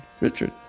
Richard